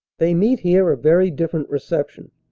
they meet here a very different reception,